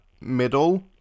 middle